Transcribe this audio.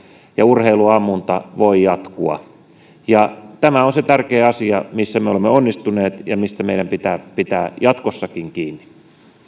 ja urheiluammunta voi jatkua tämä on se tärkeä asia missä me olemme onnistuneet ja mistä meidän pitää pitää jatkossakin kiinni